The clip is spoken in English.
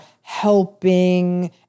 helping